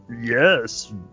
yes